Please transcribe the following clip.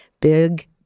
Big